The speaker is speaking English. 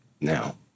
now